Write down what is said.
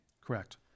Correct